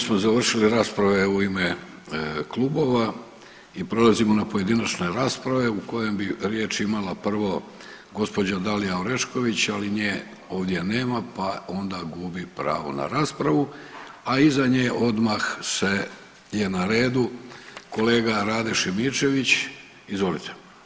Ovime smo završili rasprave u ime klubova i prelazimo na pojedinačne rasprave u kojem bi riječ imala prvo gđa. Dalija Orešković, ali nje ovdje nema, pa onda gubi pravo na raspravu, a iza nje odmah se, je na redu kolega Rade Šimičević, izvolite.